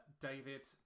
David